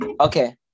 Okay